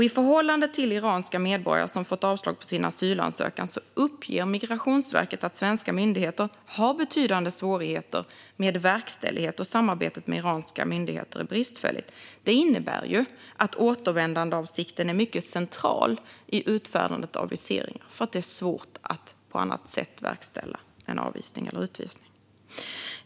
I förhållande till iranska medborgare som fått avslag på sin asylansökan uppger Migrationsverket att svenska myndigheter har betydande svårigheter med verkställighet och att samarbetet med iranska myndigheter är bristfälligt. Det innebär att återvändandeavsikten är central i utfärdandet av visering. Det är svårt att på annat sätt verkställa en avvisning eller utvisning.